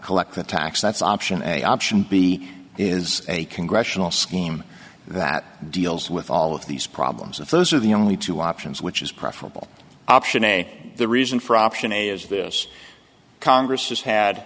collect the tax that's option a option b is a congressional scheme that deals with all of these problems if those are the only two options which is preferable option a the reason for option a is this congress has had